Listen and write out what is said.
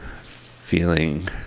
Feeling